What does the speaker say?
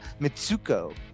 Mitsuko